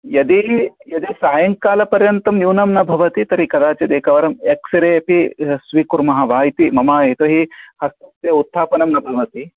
यदि यदि सायङ्कालपर्यन्तं न्यूनं न भवति तर्हि कदाचित् एकवारं एक्स् रे अपि स्वीकुर्मः वा इति मम यतो हि हस्तस्य उत्थापनं न भवति